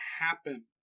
happen